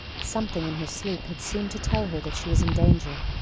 something in her sleep had seemed to tell her that she was in danger.